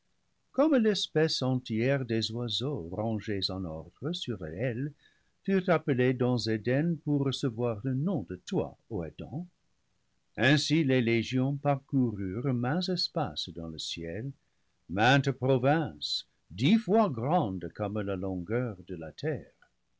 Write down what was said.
comme l'espèce entière des oiseaux rangés en ordre sur leur aile furent appelés dans eden pour recevoir leurs noms de toi ô adam ainsi les lé gions parcoururent maints espaces dans le ciel maintes pro vinces dix fois grandes comme la longueur de la terre